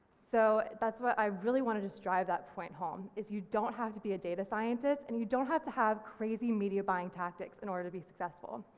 so that's what i really want to just drive that point home is you don't have to be a data scientist and you don't have to have crazy media buying tactics in order to be successful.